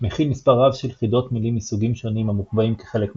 מכיל מספר רב של חידות מילים מסוגים שונים ה"מוחבאים" כחלק מהטקסט.